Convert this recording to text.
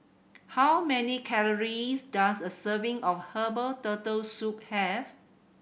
how many calories does a serving of herbal Turtle Soup have